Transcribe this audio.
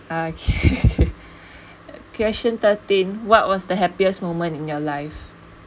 okay question thirteen what was the happiest moment in your life